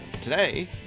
Today